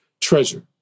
treasure